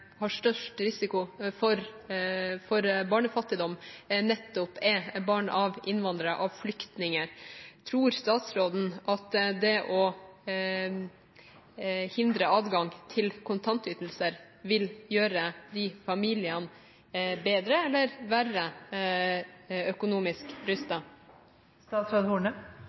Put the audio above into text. har størst risiko for barnefattigdom, nettopp er barn av innvandrere, av flyktninger. Tror statsråden at det å hindre adgang til kontantytelser vil gjøre de familiene bedre eller verre økonomisk